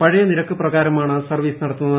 പഴയ നിരക്ക് പ്രകാരമാണ് സർവ്വീസ് നടത്തുന്നത്